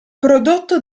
prodotto